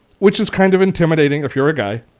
which is kind of intimidating if you're a guy.